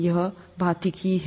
यही भौतिकी है